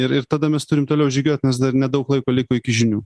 ir ir tada mes turim toliau žygiuot nes dar nedaug laiko liko iki žinių